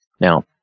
Now